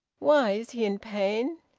why? is he in pain?